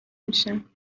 میشن